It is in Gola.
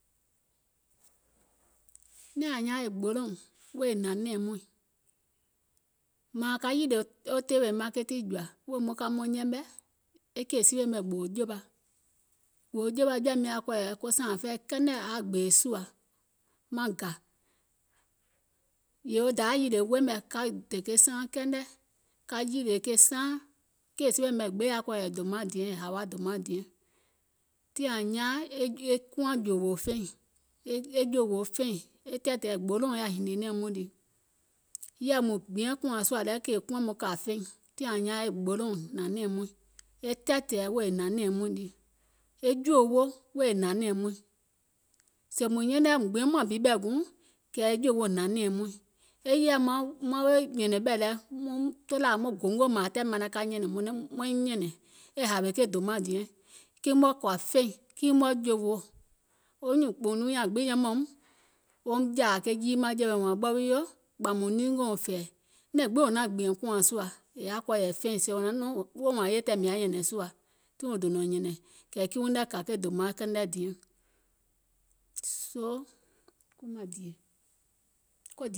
nɛ̀ɛŋ ȧŋ nyaaŋ gbolòùŋ wèè e hnȧŋ nɛ̀ɛ̀ŋ muìŋ, mȧȧŋ ka yìlè tèèwè manketì jɔ̀ȧ, wèè maŋ ka maŋ yɛmɛ̀, e kèè siwè mɛ̀ gbòò jòwa, gbòò jòwa aŋ jɔ̀ȧim nyȧŋ yaȧ kɔ̀ɔ̀yɛ̀ sȧȧŋ fɛi kɛnɛ ȧŋ yaȧ gbèè sùȧ, yèè dayȧ yìlè weè mɛ̀ ka dè ke saaŋ kɛnɛ, ka yìlè ka saaŋ, kèè siwè mɛ̀ gbiŋ yaȧ kɔ̀ɔ̀yɛ̀ dòmaŋ diɛŋ hawa dòmaŋ diɛŋ, tii ȧŋ nyaaŋ e kuȧŋ jòòwò feìŋ, e jòòwò feìŋ, e tɛ̀ɛ̀tɛ̀ɛ̀ gbolòùŋ yaȧ hìnìè nɛ̀ɛ̀ŋ muìŋ le, yèɛ mùŋ gbiɛŋ kùȧŋ sùȧ kèè kuȧŋ mɔɔ̀ŋ kȧ feìŋ, tii ȧŋ nyaaŋ gbolòùŋ hnȧŋ nɛ̀ɛ̀ŋ muìŋ, e tɛ̀ɛ̀tɛ̀ɛ̀ hnȧŋ nɛ̀ɛ̀ŋ muìŋ lii, e jòòwo wèè hnȧŋ nɛ̀ɛ̀ŋ muìŋ, sèè mùŋ nyɛnɛŋ yɛi mùŋ gbiɛŋ muȧŋ bi ɓɛ̀ guùŋ, kɛ̀ e jòòwo hnȧŋ nɛ̀ɛ̀ŋ muìŋ, e yèɛ maŋ weè nyɛ̀nɛ̀ŋ ɓɛ̀ lɛ muŋ tolȧȧ muŋ gongò mȧȧŋ tɛ̀ɛ manaŋ ka nyɛ̀nɛ̀ŋ maiŋ nyɛ̀nɛ̀ŋ e hȧwè ke dòmaŋ diɛŋ, kii mɔ̀ɛ̀ kɔ̀ȧ feìŋ, kii mɔ̀ɛ̀ jowo, wo nyùùnkpùùŋ ɗuunyaŋ gbiŋ yɛmɛ̀um, woum jȧȧ ke jii maŋjɛ̀wɛ wȧȧŋ ɓɔ wii yo ɓɔ̀ mùŋ niingèuŋ fɛ̀ɛ̀, nɛ̀ŋ gbiŋ wò naŋ gbìɛ̀ŋ kùȧŋ sùȧ yaȧ kɔ̀ɔ̀yɛ̀ feìŋ sèè wò naŋ nɔŋ woò wȧȧŋ yè tɛɛ̀ mìŋ yaȧ nyɛ̀nɛ̀ŋ sùȧ tiŋ wò dònȧŋ nyɛ̀nɛ̀ŋ, kiiuŋ nɛ̀ kȧ dòmaŋ kɛnɛ diɛŋ, soo kui maŋ dìè.